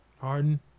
Harden